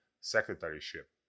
Secretaryship